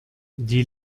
die